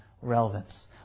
relevance